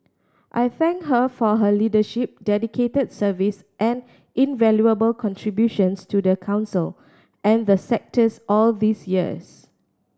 I thank her for her leadership dedicated service and invaluable contributions to the Council and the sectors all these years